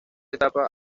etapa